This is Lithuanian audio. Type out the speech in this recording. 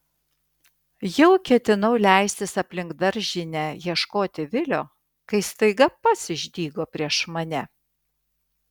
jau ketinau leistis aplink daržinę ieškoti vilio kai staiga pats išdygo prieš mane